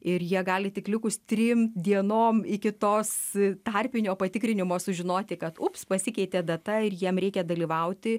ir jie gali tik likus trim dienom iki tos tarpinio patikrinimo sužinoti kad ups pasikeitė data ir jiem reikia dalyvauti